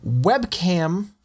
Webcam